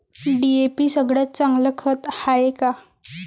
DAP सगळ्यात चांगलं खत हाये का?